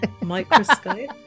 microscope